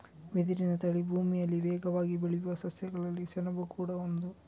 ಬಿದಿರಿನ ತರ ಭೂಮಿಯಲ್ಲಿ ವೇಗವಾಗಿ ಬೆಳೆಯುವ ಸಸ್ಯಗಳಲ್ಲಿ ಸೆಣಬು ಕೂಡಾ ಒಂದು